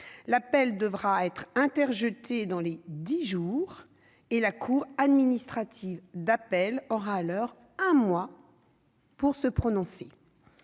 L'appel devra être interjeté dans un délai de dix jours, et la cour administrative d'appel aura alors un mois pour se prononcer.